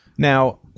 Now